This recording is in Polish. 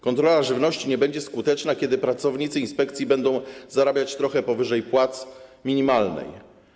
Kontrola żywności nie będzie skuteczna, kiedy pracownicy inspekcji będą zarabiać trochę powyżej płacy minimalnej.